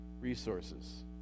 resources